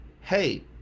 Hey